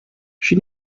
she